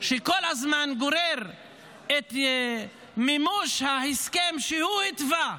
שכל הזמן גורר את מימוש ההסכם שהוא התווה.